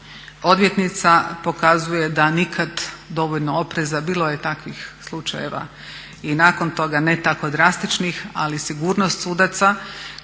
odvjetnica pokazuje da nikada dovoljno opreza. Bilo je takvih slučajeva i nakon toga, ne tako drastičnih ali sigurnost sudaca